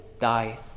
die